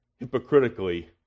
hypocritically